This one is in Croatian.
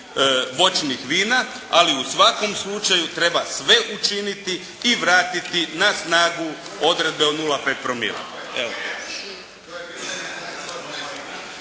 voćnih vina, ali u svakom slučaju treba sve učiniti i vratiti na snagu odredbe o 0,5 promila.